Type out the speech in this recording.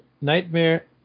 Nightmare